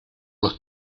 los